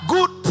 Good